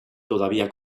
todavía